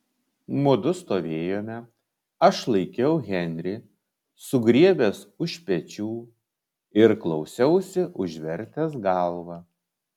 mudu stovėjome aš laikiau henrį sugriebęs už pečių ir klausiausi užvertęs galvą